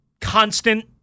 constant